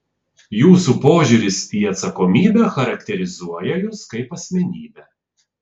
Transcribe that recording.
jūsų požiūris į atsakomybę charakterizuoja jus kaip asmenybę